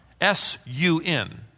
S-U-N